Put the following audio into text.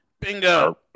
Bingo